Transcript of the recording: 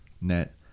net